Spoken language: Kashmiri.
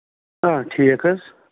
ٹھیٖک حظ